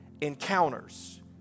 encounters